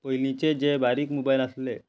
पयलींचे जे बारीक मोबायल आसले